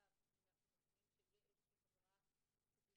בעקבותיו אנחנו מבינים שתהיה איזושהי חזרה תקציבית.